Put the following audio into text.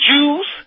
Jews